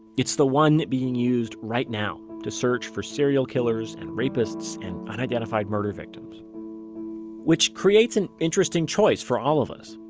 it's the one being used right now, to search for serial killers and rapists and unidentified murder victims which creates an interesting choice for all of us.